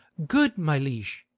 good my liege,